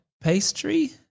pastry